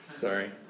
sorry